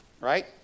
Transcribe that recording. right